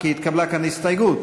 כי התקבלה כאן הסתייגות,